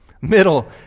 Middle